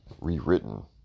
rewritten